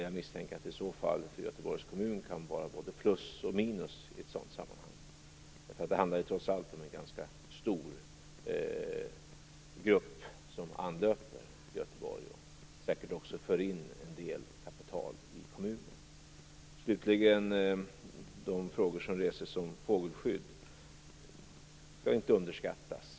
Jag misstänker att det för Göteborgs kommun kan vara både plus och minus i ett sådant sammanhang. Det handlar trots allt om en ganska stor grupp som anlöper Göteborg och säkert också för in en del kapital i kommunen. Slutligen skall de frågor som reses om fågelskydd inte underskattas.